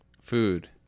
Food